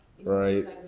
right